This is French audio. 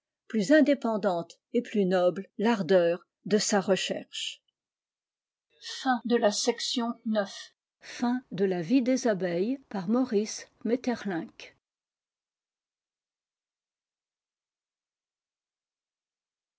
plus indépendante et plus noble tardeur de sa recherche